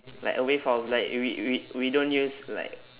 like a wave house like we we we don't use like